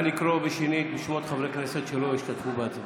נא לקרוא שנית בשמות חברי כנסת שלא השתתפו בהצבעה.